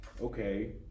okay